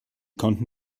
konnten